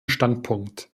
standpunkt